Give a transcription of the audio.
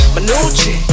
Manucci